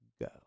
go